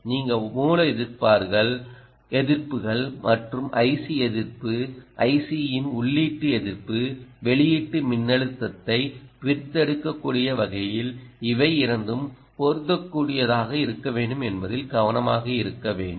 நீங்கள் மூல எதிர்ப்புகள் மற்றும் ஐசி எதிர்ப்பு ஐசியின் உள்ளீட்டு எதிர்ப்பு வெளியீட்டு மின்னழுத்தத்தை பிரித்தெடுக்கக்கூடிய வகையில் இவை இரண்டும் பொருந்தக்கூடியதாக இருக்க வேண்டும் என்பதில் கவனமாக இருக்க வேண்டும்